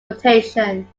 rotation